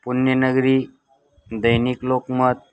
पुण्यनगरी दैनिक लोकमत